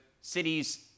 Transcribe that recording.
cities